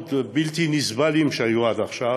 המאוד בלתי נסבלים שהיו עד עכשיו